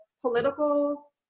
political